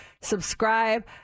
subscribe